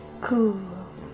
Cool